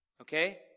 okay